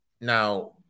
now